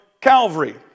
Calvary